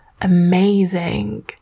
amazing